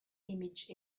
image